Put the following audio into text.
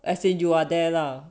as in you are there lah